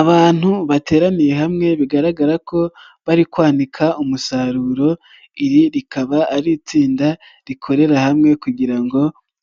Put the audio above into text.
Abantu bateraniye hamwe bigaragara ko bari kwanika umusaruro, iri rikaba ari itsinda rikorera hamwe kugira ngo